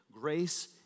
grace